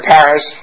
Paris